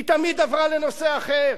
היא תמיד עברה לנושא אחר.